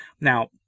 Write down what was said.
Now